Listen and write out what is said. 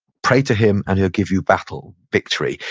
pray to him and he'll give you battle victory.